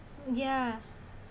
ya